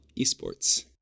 esports